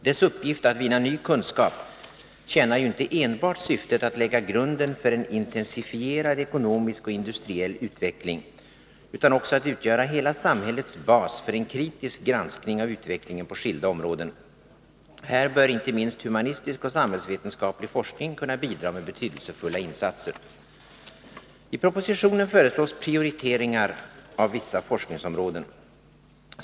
Dess uppgift att vinna ny kunskap tjänar ju inte enbart syftet att lägga grunden för en intensifierad ekonomisk och industriell utveckling utan också att utgöra hela samhällets bas för en kritisk granskning av utvecklingen på skilda områden. Här bör inte minst humanistisk och samhällsvetenskaplig forskning kunna bidra med betydelsefulla insatser. I propositionen föreslås prioriteringar av vissa forskningsområden.